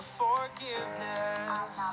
forgiveness